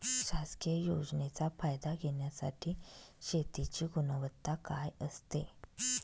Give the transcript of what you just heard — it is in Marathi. शासकीय योजनेचा फायदा घेण्यासाठी शेतीची गुणवत्ता काय असते?